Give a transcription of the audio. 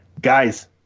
Guys